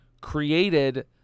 created